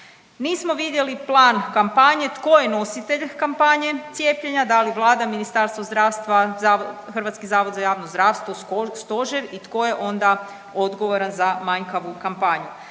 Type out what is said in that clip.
Nismo vidjeli plan kampanje tko je nositelj kampanje cijepljenja, da li Vlada, Ministarstvo zdravstva, Hrvatski zavod za javno zdravstvo, Stožer i tko je onda odgovoran za manjkavu kampanju.